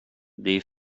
they